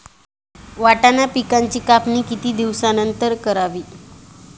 वाटाणा पिकांची कापणी किती दिवसानंतर करावी?